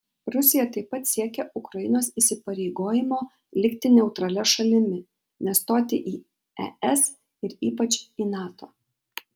rusija taip pat siekia ukrainos įsipareigojimo likti neutralia šalimi nestoti į es ir ypač į nato